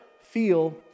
feel